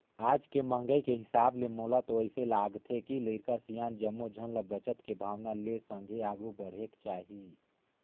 आज के महंगाई के हिसाब ले मोला तो अइसे लागथे के लरिका, सियान जम्मो झन ल बचत के भावना ले संघे आघु बढ़ेक चाही